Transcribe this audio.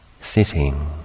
sitting